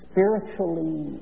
spiritually